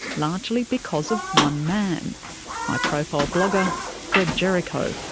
largely because of one man high profile blogger greg jericho.